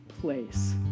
place